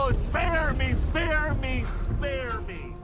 ah spare me! spare me! spare me!